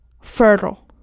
fertile